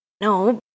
No